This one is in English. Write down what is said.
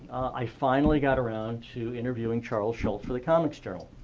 i finally got around to interviewing charles schultz for the comics journal.